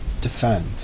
defend